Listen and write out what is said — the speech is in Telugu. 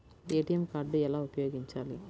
ఏ.టీ.ఎం కార్డు ఎలా ఉపయోగించాలి?